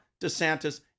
DeSantis